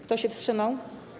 Kto się wstrzymał?